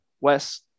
Wes